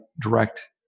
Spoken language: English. direct